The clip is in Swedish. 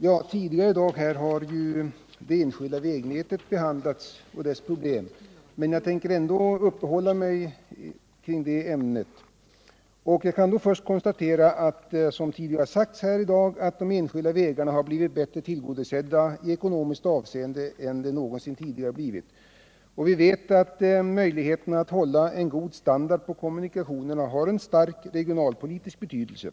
Herr talman! Det enskilda vägnätet och dess problem har behandlats tidigare i dag, men jag tänker ändå uppehålla mig vid detta ämne. Först kan man, som framhållits förut i dag, konstatera att de enskilda vägarna har blivit bättre tillgodosedda i ekonomiskt avseende än någonsin tidigare. Vi vet också att en god standard när det gäller kommunikationerna har stor regionalpolitisk betydelse.